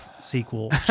sequel